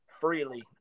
freely